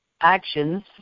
actions